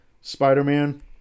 Spider-Man